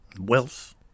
wealth